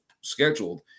scheduled